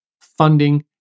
funding